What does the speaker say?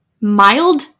Mild